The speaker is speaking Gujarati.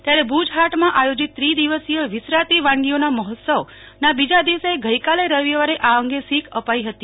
ત્યારે ભુજહાટમાં આયોજિત તરીદિવસીય વિસરાતી વાનગીઓના મહોત્સવ ના બીજા દિવસે ગઈકાલે રવિવારે આ અંગે શીખ અપાઈ હતી